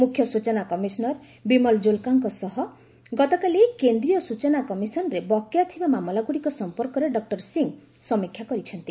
ମୁଖ୍ୟ ସୂଚନା କମିଶନର ବିମଳ ଜୁଲ୍କାଙ୍କ ସହ ଗତକାଲି କେନ୍ଦ୍ରୀୟ ସୂଚନା କମିଶନରେ ବକେୟା ଥିବା ମାମଲାଗୁଡ଼ିକ ସଫପର୍କରେ ଡକୁର ସିଂ ସମୀକ୍ଷା କରିଛନ୍ତି